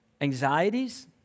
anxieties